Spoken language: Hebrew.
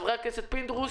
חבר הכנסת פינדרוס,